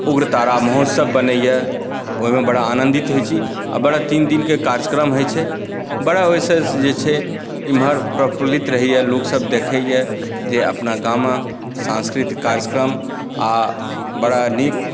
उग्रतारा महोत्सव मनैया ओहिमे बड़ा आनन्दित होइ छी आ बड़ा तीन दिनके कार्यक्रम होइ छै बड़ा ओहिसॅं जे छै एमहर प्रफुल्लित रहैया लोकसभ देखैया जे अपना गाममे सांस्कृतिक कार्यक्रम आ बड़ा नीक